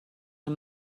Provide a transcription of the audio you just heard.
این